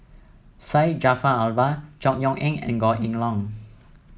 Syed Jaafar Albar Chor Yeok Eng and Goh Kheng Long